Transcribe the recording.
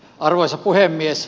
arvoisa puhemies